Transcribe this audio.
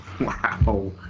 Wow